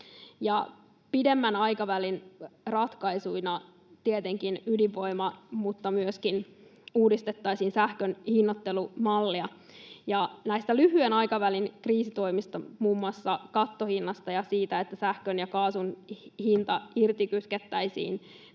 Pidemmän aikavälin ratkaisuina on tietenkin ydinvoima mutta myöskin se, että uudistettaisiin sähkön hinnoittelumallia. Näistä lyhyen aikavälin kriisitoimista, muun muassa kattohinnasta ja siitä, että sähkön ja kaasun hinta irtikytkettäisiin,